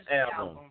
album